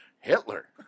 Hitler